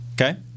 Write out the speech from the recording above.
Okay